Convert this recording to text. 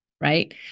Right